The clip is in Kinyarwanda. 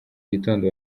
gitondo